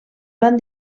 van